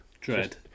dread